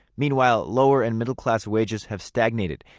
meanwhile lower and middle class wages have stagnated.